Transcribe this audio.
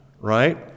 right